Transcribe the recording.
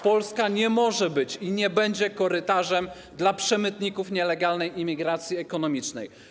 Polska nie może być i nie będzie korytarzem dla przemytników nielegalnej imigracji ekonomicznej.